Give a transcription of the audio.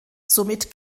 somit